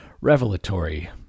revelatory